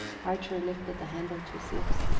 archer lifted the handle to his lips.